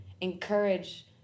encourage